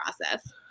process